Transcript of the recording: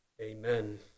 amen